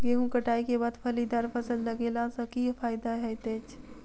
गेंहूँ कटाई केँ बाद फलीदार फसल लगेला सँ की फायदा हएत अछि?